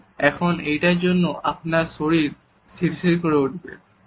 কিন্তু এখন এইটার জন্য আপনার শরীর শিরশির করে উঠবে